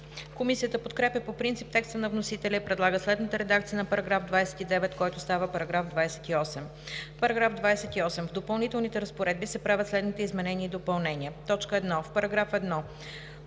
Комисията подкрепя по принцип текста на вносителя и предлага следната редакция на § 29, който става § 28: „§ 28. В допълнителните разпоредби се правят следните изменения и допълнения: l. B § 1: